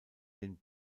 den